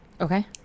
Okay